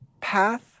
path